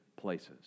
places